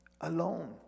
alone